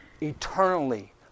eternally